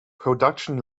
production